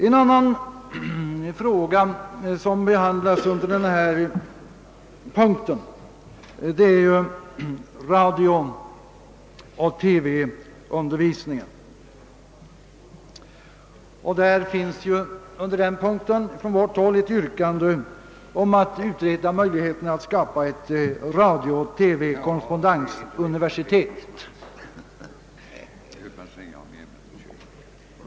En annan fråga som behandlas under punkt 21 är radio-TV-undervisningen. Här föreligger från vårt håll ett yrkande om utredning av möjligheterna att skapa ett Radio-TV-korrespondensuniversitet.